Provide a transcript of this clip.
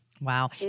Wow